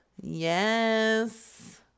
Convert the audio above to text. Yes